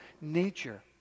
nature